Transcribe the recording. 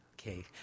Okay